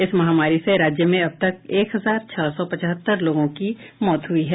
इस महामारी से राज्य में अब तक एक हजार छह सौ पचहत्तर लोगों की मौत हुई है